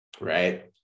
right